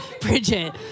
Bridget